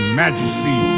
majesty